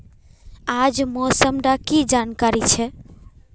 आज मौसम डा की जानकारी छै?